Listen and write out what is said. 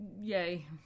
yay